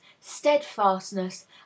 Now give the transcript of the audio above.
steadfastness